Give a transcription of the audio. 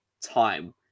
time